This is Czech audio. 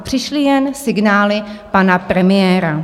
Přišly jen signály pana premiéra.